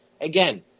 Again